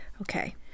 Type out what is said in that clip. Okay